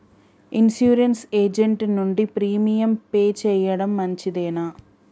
Insurance agent నుండి premium pay చేయడం మంచిదేనా?